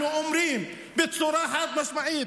אנחנו אומרים בצורה חד-משמעית